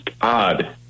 odd